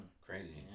crazy